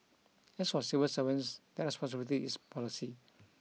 as for civil servants their responsibility is policy